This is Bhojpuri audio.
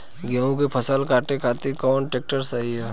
गेहूँ के फसल काटे खातिर कौन ट्रैक्टर सही ह?